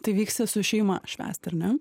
tai vyksi su šeima švęst ar ne